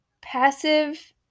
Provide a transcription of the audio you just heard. passive